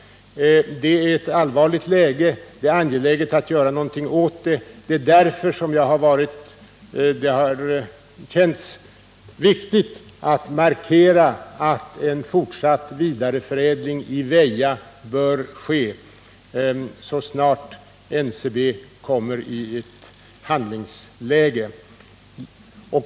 Det är ett allvarligt läge. Det är angeläget att göra något åt det. Det är därför som det har känts viktigt att markera att en fortsatt vidareförädling i Väja bör ske så snart NCB kommer i handlingsläge.